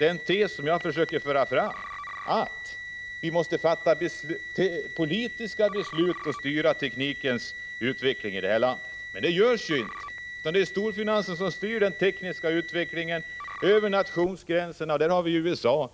den tes som jag försöker föra fram, att vi måste fatta politiska beslut och styra teknikens utveckling i det här landet. Men det görs ju inte. Det är storfinansen som styr den tekniska utvecklingen över nationsgränserna. Där har vi USA.